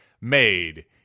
made